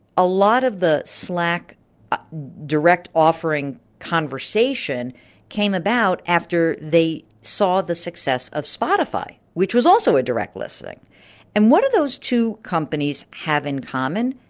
a lot of the slack direct offering conversation came about after they saw the success of spotify, which was also a direct listing and what those two companies have in common,